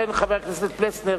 חבר הכנסת פלסנר,